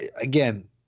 again